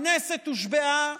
הכנסת הושבעה